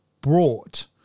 brought